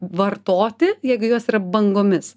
vartoti jeigu jos yra bangomis